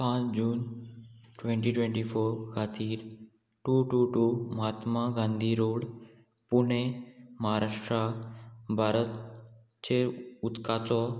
पांच June twenty twenty four खातीर two two two Mahatma Gandhi road Pune Maharashtra भारतचेर उदकाचो